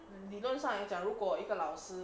理论上来讲如果一个老师